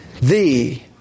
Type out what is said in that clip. thee